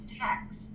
tax